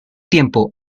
tiempo